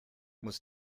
muss